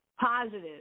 positive